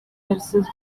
versus